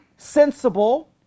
sensible